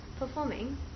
performing